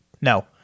No